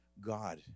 God